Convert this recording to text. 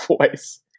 voice